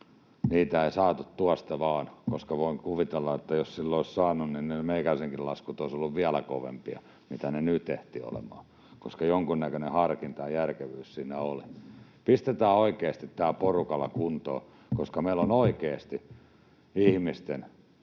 Niitä ei saatu tuosta vain. Nimittäin voin kuvitella, että jos silloin olisi saanut, niin meikäläisenkin laskut olisivat olleet vielä kovempia kuin ne nyt ehtivät olemaan, koska jonkunnäköinen harkinta ja järkevyys siinä oli. Pistetään oikeasti tämä porukalla kuntoon. Meillä on oikeasti ihmisten